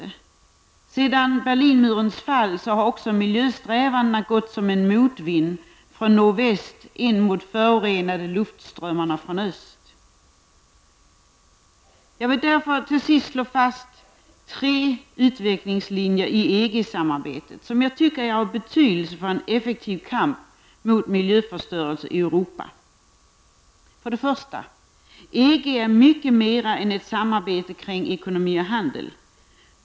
Efter det att Berlinmuren revs har också miljösträvandena gått som en motvind från nordväst in mot de förorenade luftströmmarna från öst. Låt mig till sist slå fast tre utvecklingslinjer i EG samarbetet av betydelse för en effektiv kamp mot miljöförstörelse i Europa. 1. EG är mycket mera än ett samarbete kring ekonomi och handel.